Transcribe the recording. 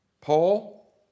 Paul